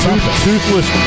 toothless